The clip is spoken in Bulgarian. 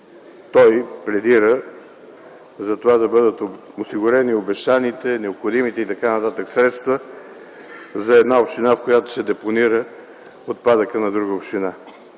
Той пледира за това да бъдат осигурени обещаните, необходимите и т.н. средства за една община, в която се депонира отпадъкът на друга община.